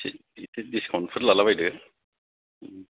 एसे बिदि डिस्काउन्टफोर लाला बायदो